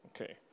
Okay